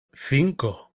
cinco